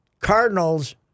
Cardinals